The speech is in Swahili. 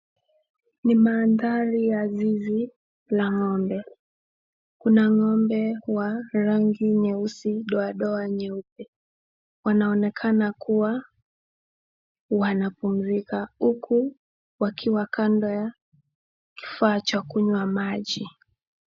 Ni mandhari ya zizi la ng'ombe. Kuna ng'ombe wa rangi nyeusi dodoa nyeupe. Wanaonekana kuwa wanapumzika huku wakiwa kando ya kifaa cha kunywa maji.